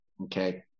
okay